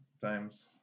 times